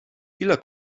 ile